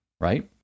Right